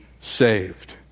saved